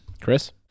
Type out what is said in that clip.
Chris